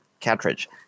cartridge